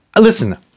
listen